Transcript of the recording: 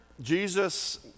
Jesus